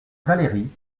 valery